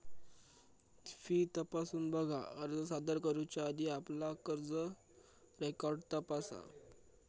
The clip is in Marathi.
फी तपासून बघा, अर्ज सादर करुच्या आधी आपला कर्ज रेकॉर्ड तपासा